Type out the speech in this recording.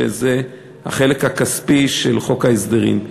שזה החלק הכספי של חוק ההסדרים,